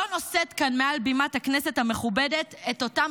לא נושאת כאן מעל בימת הכנסת המכובדת את אותם